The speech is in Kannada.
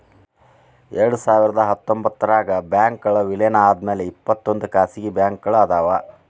ಎರಡ್ಸಾವಿರದ ಹತ್ತೊಂಬತ್ತರಾಗ ಬ್ಯಾಂಕ್ಗಳ್ ವಿಲೇನ ಆದ್ಮ್ಯಾಲೆ ಇಪ್ಪತ್ತೊಂದ್ ಖಾಸಗಿ ಬ್ಯಾಂಕ್ಗಳ್ ಅದಾವ